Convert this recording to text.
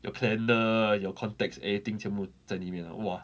the plan the your contacts eighteen 全部在里面了喔